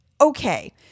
okay